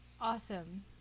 awesome